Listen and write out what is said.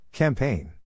Campaign